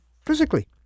physically